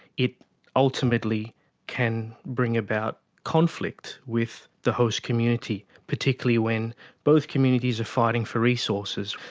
it ultimately can bring about conflict with the host community, particularly when both communities are fighting for resources.